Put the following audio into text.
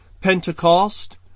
Pentecost